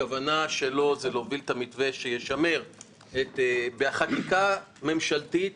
הכוונה שלו היא להוביל בחקיקה ממשלתית